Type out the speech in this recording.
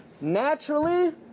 naturally